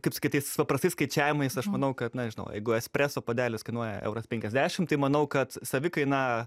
kaip sakyt tais paprastais skaičiavimais aš manau kad na žinau jeigu espreso puodelis kainuoja euras penkiasdešim tai manau kad savikaina